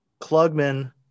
Klugman